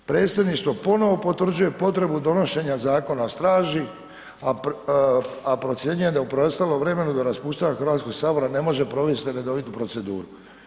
Predsjedništvo ponovno potvrđuje potrebu donošenja Zakona o straži a procjenjujem da u preostalom vremenu do raspuštanja Hrvatskoga sabora ne može provesti redovitu proceduru.